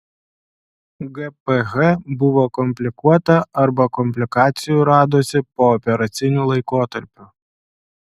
gph buvo komplikuota arba komplikacijų radosi pooperaciniu laikotarpiu